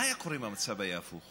מה קורה אם המצב היה הפוך?